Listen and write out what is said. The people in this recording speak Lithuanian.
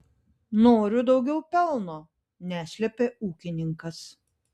noriu daugiau pelno neslėpė ūkininkas